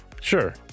Sure